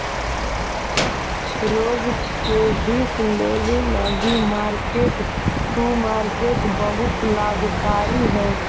रोज के हिस लेबे लागी मार्क टू मार्केट बहुत लाभकारी हई